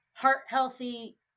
heart-healthy